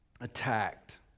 attacked